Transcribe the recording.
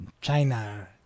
China